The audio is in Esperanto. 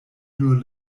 nur